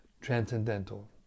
transcendental